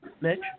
Mitch